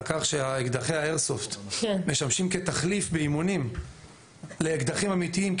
על כך שאקדחי האיירסופט משמשים כתחליף באימונים לאקדחים אמיתיים,